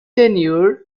tenure